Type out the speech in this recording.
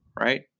right